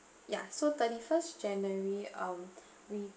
ya so thirty first january um we